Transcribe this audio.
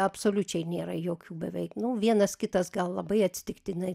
absoliučiai nėra jokių beveik nu vienas kitas gal labai atsitiktinai